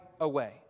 away